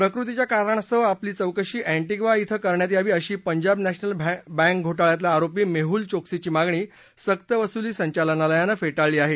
प्रकृतीच्या कारणास्तव आपली चौकशी अँधिवा इथं करण्यात यावी अशी पंजाब नॅशनल बँक घोटाळ्यातला आरोपी मेहुल चोक्सीची मागणी सक्तवसुली संचालनालयानं फे ळली आहे